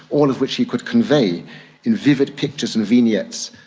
all of which he could convey in vivid pictures and vignettes.